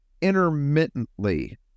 intermittently